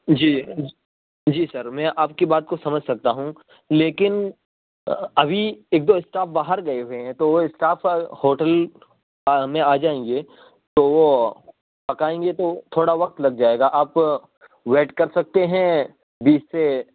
جی جی سر میں آپ کی بات کو سمجھ سکتا ہوں لیکن ابھی ایک دو اسٹاف باہر گئے ہوئے ہیں تو وہ اسٹاف ہوٹل میں آ جائیں گے تو وہ پکائیں گے تو تھوڑا وقت لگ جائے گا آپ ویٹ کر سکتے ہیں بیس سے